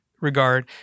regard